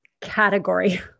category